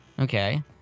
Okay